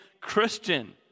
Christian